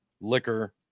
liquor